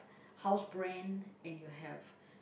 house brand and you have